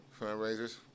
Fundraisers